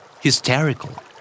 Hysterical